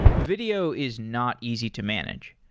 video is not easy to manage.